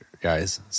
guys